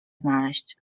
znaleźć